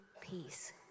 peace